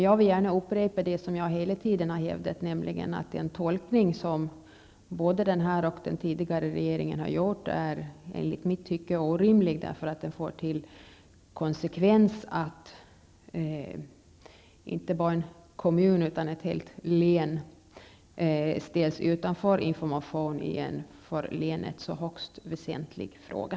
Jag vill gärna upprepa det som jag hela tiden har hävdat, nämligen att den tolkning som både den nya och tidigare regeringen har gjort enligt mitt tycke är orimlig. Den får till konsekvens att inte bara en kommun utan ett helt län ställs utanför information i en för länet högst väsentlig fråga.